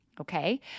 Okay